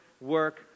work